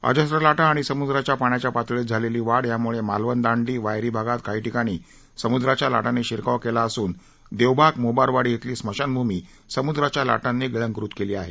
अजस्त्र लाटा आणि समुद्राच्या पाण्याच्या पातळीत झालेली वाढ यामुळे मालवण दांडी वायरी भागात काही ठिकाणी समुद्राच्या लाटांनी शिरकाव केला असून देवबाग मोबारवाडी इथली स्मशानभूमी समुद्राच्या लाटांनी गिळंकृत केली आहे